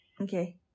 Okay